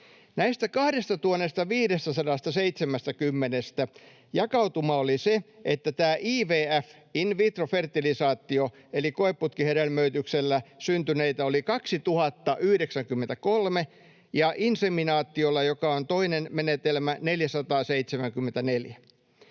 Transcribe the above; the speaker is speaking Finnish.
Näistä 2 570:stä jakautuma oli se, että tällä IVF:llä, in vitro fertilizationilla, eli koeputkihedelmöityksellä syntyneitä oli 2 093 ja inseminaatiolla, joka on toinen menetelmä, 474.